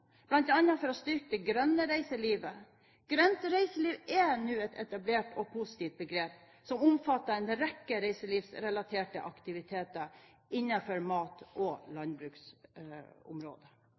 for å styrke det grønne reiselivet. Grønt reiseliv er nå et etablert og positivt begrep, som omfatter en rekke reiselivsrelaterte aktiviteter innenfor mat- og